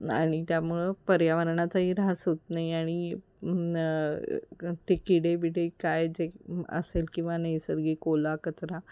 आणि त्यामुळे पर्यावरणाचाही ऱ्हास होत नाही आणि ते किडेबिडे काय जे असेल किंवा नैसर्गिक ओला कचरा